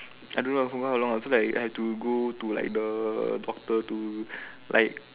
I don't know for how long so like I have to go to like the doctor to like